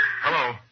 Hello